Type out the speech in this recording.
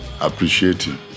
appreciating